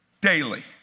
daily